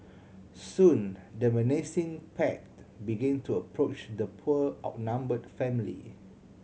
soon the menacing pack began to approach the poor outnumbered family